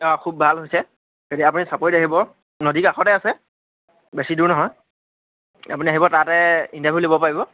অঁ খুব ভাল হৈছে যদি আপুনি চাপৰিত আহিব নদী কাষতে আছে বেছি দূৰ নহয় আপুনি আহিব তাতে ইণ্টাৰভিউ ল'ব পাৰিব